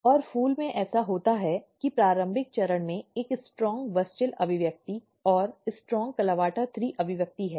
और फूल में ऐसा होता है कि प्रारंभिक चरण में एक मजबूत WUSCHEL अभिव्यक्ति और मजबूत CLAVATA3 अभिव्यक्ति है